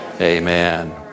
Amen